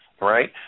right